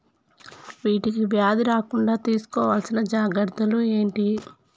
వీటికి వ్యాధి రాకుండా తీసుకోవాల్సిన జాగ్రత్తలు ఏంటియి?